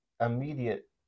immediate